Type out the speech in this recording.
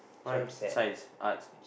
right science arts